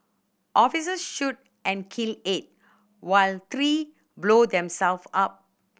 officers shoot and kill eight while three blow them self up